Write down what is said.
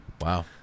wow